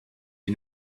you